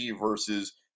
versus